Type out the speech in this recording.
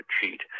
cheat